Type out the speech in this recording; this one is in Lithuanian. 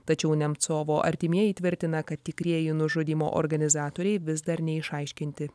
tačiau nemcovo artimieji tvirtina kad tikrieji nužudymo organizatoriai vis dar neišaiškinti